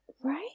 Right